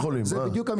זה בדיוק מה שאני אומר.